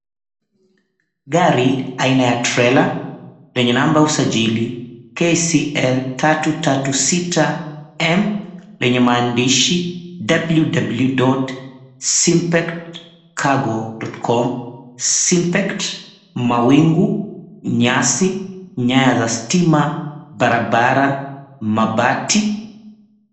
Gari aina ya trela lenye namba ya usajili KTL 336M, lenye maandishi, "WWW.SIMPETCARGO.COM, SIMPET", mawingu, nyasi , nyaya za stima barabara, mabati.